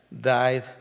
died